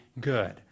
good